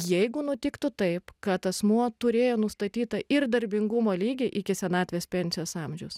jeigu nutiktų taip kad asmuo turėjo nustatytą ir darbingumo lygį iki senatvės pensijos amžiaus